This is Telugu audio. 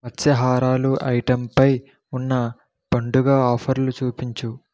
మత్స్యాహారాలు ఐటెంపై ఉన్న పండుగ ఆఫర్లు చూపించు